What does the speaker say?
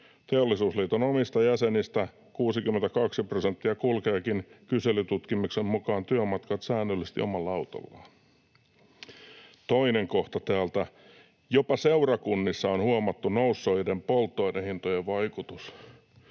Teollisuusliiton omista jäsenistä 62 prosenttia kulkeekin kyselytutkimuksen mukaan työmatkat säännöllisesti omalla autollaan.” Toinen kohta täältä: ”Jopa seurakunnissa on huomattu nousseiden polttoainehintojen vaikutus.